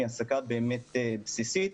היא העסקה באמת בסיסית.